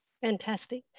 Fantastic